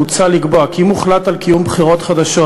מוצע לקבוע כי אם הוחלט על קיום בחירות חדשות